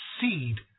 seed